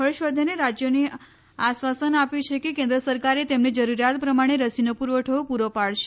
હર્ષવર્ધને રાજ્યોને આશ્વાસન આપ્યું છે કે કેન્દ્ર સરકાર તેમને જરૂરિયાત પ્રમાણે રસીનો પુરવઠો પુરો પાડશે